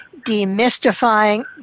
demystifying